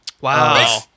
Wow